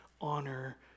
honor